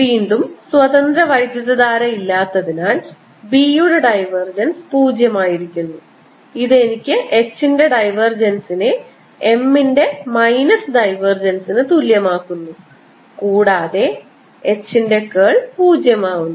വീണ്ടും സ്വതന്ത്ര വൈദ്യുതധാര ഇല്ലാത്തതിനാൽ B യുടെ ഡൈവർജൻസ് 0 ആയിരിക്കുന്നു ഇത് എനിക്ക് H ന്റെ ഡൈവർജൻസിനെ M ന്റെ മൈനസ് ഡൈവർജൻസിന് തുല്യമാക്കുന്നു കൂടാതെ H ന്റെ കേൾ 0 ആകുന്നു